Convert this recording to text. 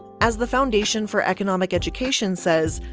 as the foundation for economic education says,